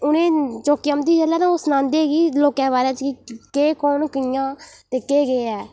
उ'नें चौकी औंदी ही जेल्लै ते ओह् सनांदे हे कि लोकें दे बारे च केह् कौन कि'यां ते केह् केह् ऐ